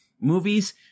movies